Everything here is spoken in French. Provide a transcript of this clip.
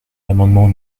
l’amendement